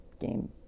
game